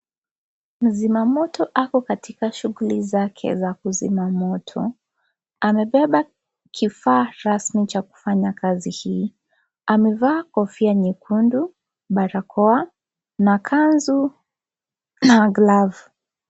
Mzima moto, ako katika shughuli zake za kuzima moto. Amebeba kifaa rasmi cha kufanya kazi hii. Amevaa kofia nyekundu, barakoa na kanzu na glovu.